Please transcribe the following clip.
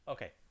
Okay